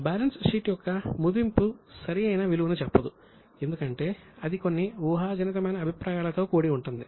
balance sheet యొక్క మదింపు సరి అయిన విలువను చెప్పదు ఎందుకంటే అది కొన్ని ఊహాజనితమైన అభిప్రాయాలతో కూడి ఉంటుంది